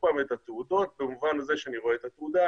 את התעודות במובן הזה שאני רואה את התעודה,